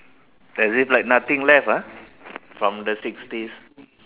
as if like nothing left ah from the sixties